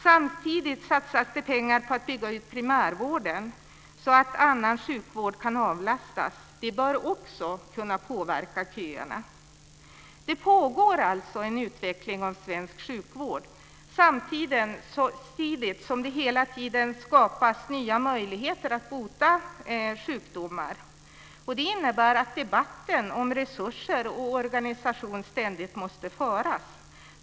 Samtidigt satsas det pengar på att bygga ut primärvården så att annan sjukvård kan avlastas. Det bör också kunna påverka köerna. Det pågår alltså en utveckling av svensk sjukvård samtidigt som det hela tiden skapas nya möjligheter att bota sjukdomar. Det innebär att debatten om resurser och organisation ständigt måste föras.